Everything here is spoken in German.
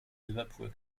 liverpool